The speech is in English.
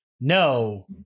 No